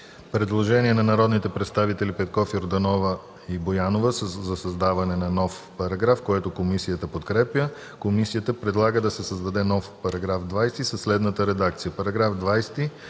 предложение от народните представители Петков, Йорданова и Боянова за създаване на нов параграф. Комисията подкрепя предложението. Комисията предлага да се създаде нов § 20 със следната редакция: